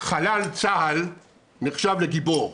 חלל צה"ל נחשב לגיבור.